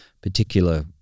particular